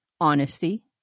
honesty